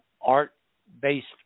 art-based